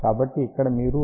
కాబట్టి ఇక్కడ మీరు 0